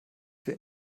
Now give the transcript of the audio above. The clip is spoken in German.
wird